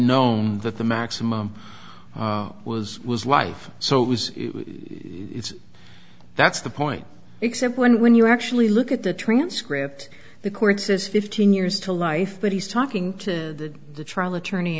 known that the maximum was was life so it was that's the point except when when you actually look at the transcript the court says fifteen years to life but he's talking to the trial attorney